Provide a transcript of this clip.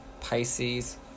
Pisces